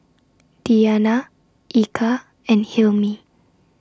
Diyana Eka and Hilmi